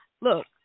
look